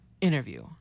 interview